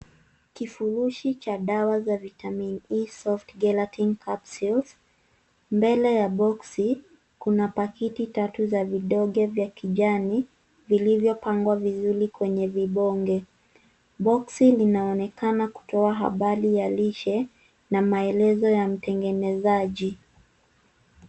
Kifurushi cha dawa za vitamin E soft gainer tin capsules mbele ya boxi kuna pakiti tatu za vidonge vya kijani vilivyopangwa vizuri kwenye vibonge boxi linaonekana kutoa habari ya lishe na maelezo ya mtengenezaji.